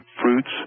fruits